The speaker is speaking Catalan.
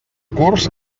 curs